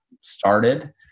started